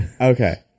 Okay